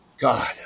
god